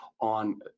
on